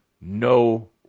no